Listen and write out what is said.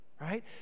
right